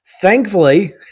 Thankfully